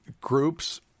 groups